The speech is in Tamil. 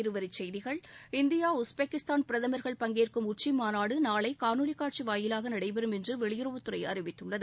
இருவரி செய்திகள் இந்தியா உஸ்பெகிஸ்தான் பிரதமர்கள் பங்கேற்கும் உச்சிமாநாடு நாளை காணொலி காட்சி வாயிலாக நடைபெறும் என்று வெளியுறவுத் துறை அறிவித்துள்ளது